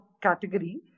category